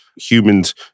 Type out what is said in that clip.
humans